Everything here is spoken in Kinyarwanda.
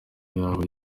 yaba